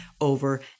over